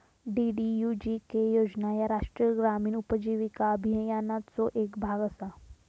DDUGK योजना ह्या राष्ट्रीय ग्रामीण उपजीविका अभियानाचो येक भाग असा